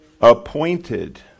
Appointed